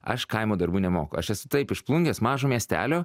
aš kaimo darbų nemoku aš esu taip iš plungės mažo miestelio